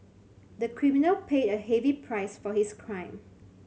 the criminal paid a heavy price for his crime